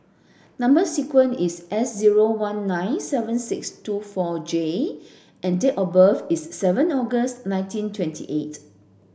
number sequence is S zero one nine seven six two four J and date of birth is seven August nineteen twenty eight